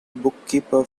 bookkeeper